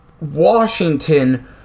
Washington